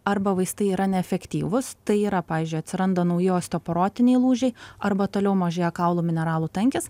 arba vaistai yra neefektyvūs tai yra pavyzdžiui atsiranda nauji osteporotiniai lūžiai arba toliau mažėja kaulų mineralų tankis